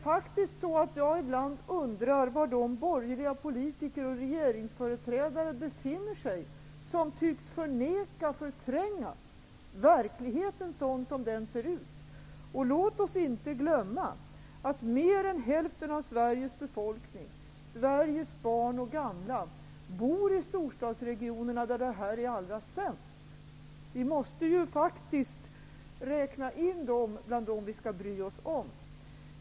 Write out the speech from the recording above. Jag undrar ibland var de borgerliga politiker och regeringsföreträdare befinner sig som tycks förneka och förtränga verkligheten sådan som den ser ut. Låt oss inte glömma att mer än hälften av Sveriges befolkning, Sveriges barn och gamla bor i storstadsregionerna, där det här är allra sämst. Vi måste faktiskt räkna in dem bland dem som vi skall bry oss om.